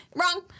Wrong